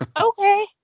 Okay